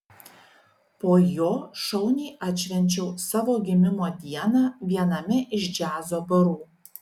po jo šauniai atšvenčiau savo gimimo dieną viename iš džiazo barų